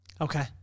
Okay